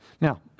Now